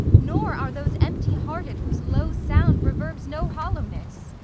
nor are those empty-hearted whose low sound reverbs no hollowness.